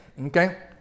okay